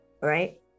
right